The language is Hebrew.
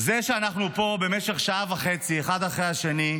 זה שאנחנו פה במשך שעה וחצי, אחד אחרי השני,